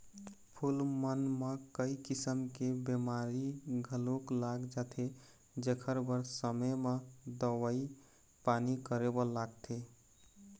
फूल मन म कइ किसम के बेमारी घलोक लाग जाथे जेखर बर समे म दवई पानी करे बर लागथे